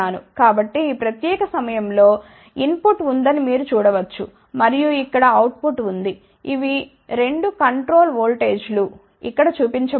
కాబట్టి ఈ ప్రత్యేక సమయంలో ఇన్ పుట్ ఉందని మీరు చూడ వచ్చు మరియు ఇక్కడ అవుట్ పుట్ ఉంది ఇవి 2 కంట్రోల్ వోల్టేజీలు ఇక్కడ చూపించబడ్డాయి